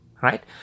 right